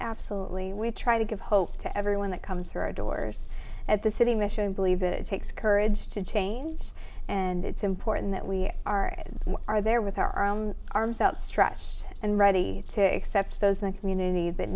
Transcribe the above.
absolutely we try to give hope to everyone that comes through our doors at the city mission believe it takes courage to change and it's important that we are are there with our own arms outstretched and ready to accept those in the community that